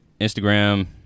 Instagram